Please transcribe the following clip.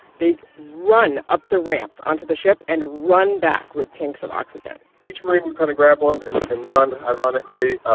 they run up the ramps onto the ship and run back with tanks of oxygen each marine would kind of grab one ah and and and run. ironically,